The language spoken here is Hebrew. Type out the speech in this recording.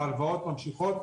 ההלוואות ממשיכות,